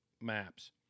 maps